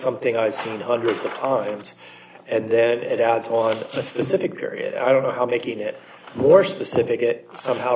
something i've seen hundreds of times and then it out on a specific area i don't know how making it more specific it somehow